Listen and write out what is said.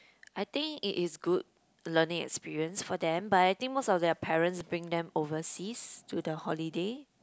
I think it is good learning experience for them but I think most of their parents bring them overseas to the holiday